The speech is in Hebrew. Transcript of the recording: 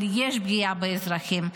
אבל יש פגיעה באזרחים,